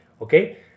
okay